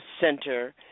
Center